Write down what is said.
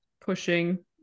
pushing